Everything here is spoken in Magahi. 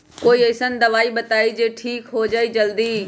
कोई अईसन दवाई बताई जे से ठीक हो जई जल्दी?